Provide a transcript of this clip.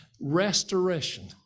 Restoration